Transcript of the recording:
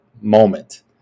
moment